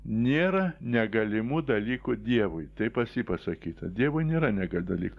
nėra negalimų dalykų dievui tai pas jį pasakyta dievui nėra negal dalykų